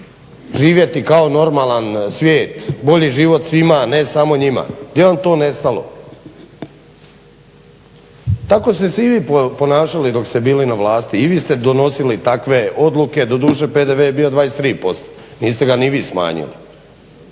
"Živjeti kao normalan svijet, bolji život svima, a ne samo njima." gdje vam je to nestalo? Tako ste se i vi ponašali dok ste bili na vlasti, i vi ste donosili takve odluke, doduše PDV je bio 23% niste ga ni vi smanjili.